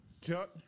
Chuck